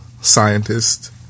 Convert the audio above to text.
scientist